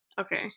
Okay